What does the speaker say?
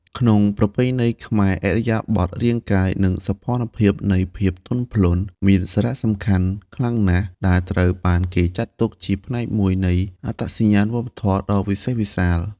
ក្នុងប្រពៃណីខ្មែរ ឥរិយាបថរាងកាយ និងសោភ័ណភាពនៃភាពទន់ភ្លន់ មានសារៈសំខាន់ខ្លាំងណាស់ ដែលត្រូវបានចាត់ទុកជាផ្នែកមួយនៃអត្តសញ្ញាណវប្បធម៌ដ៏វិសេសវិសាល។